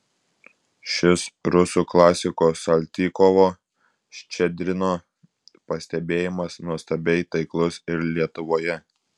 šis rusų klasiko saltykovo ščedrino pastebėjimas nuostabiai taiklus ir lietuvoje